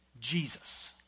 Jesus